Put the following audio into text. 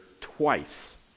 twice